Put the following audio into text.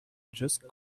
just